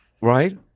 right